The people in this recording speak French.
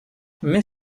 mais